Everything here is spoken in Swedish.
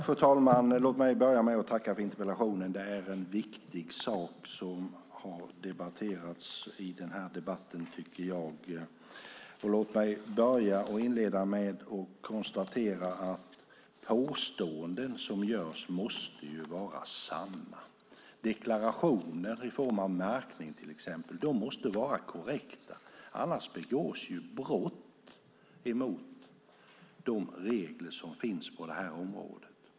Fru talman! Låt mig först tacka för interpellationen. Det är en viktig sak som tagits upp i denna debatt. Låt mig sedan konstatera att påståenden som görs måste vara sanna. Till exempel måste deklarationer i form av märkning vara korrekta, annars begås brott mot de regler som finns på området.